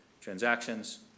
transactions